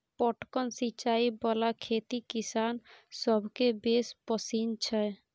टपकन सिचाई बला खेती किसान सभकेँ बेस पसिन छै